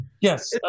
Yes